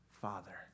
Father